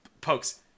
pokes